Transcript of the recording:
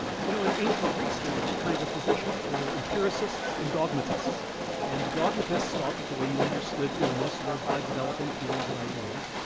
you know in ancient greece there were two kinds of physicians there were empiricists and dogmatists and the dogmatists thought the way you understood illness was by developing theories and ideas,